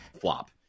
flop